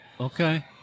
Okay